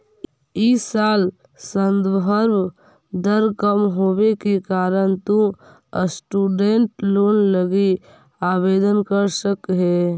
इ साल संदर्भ दर कम होवे के कारण तु स्टूडेंट लोन लगी आवेदन कर सकऽ हे